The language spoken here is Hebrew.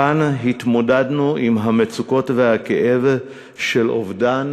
כאן התמודדנו עם המצוקות והכאב של אובדן